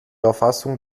erfassung